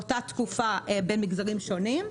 באותה תקופה במגזרים שונים,